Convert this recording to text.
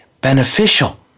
beneficial